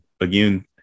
again